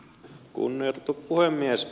kunnioitettu puhemies